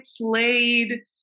played